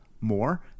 more